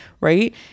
right